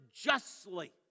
justly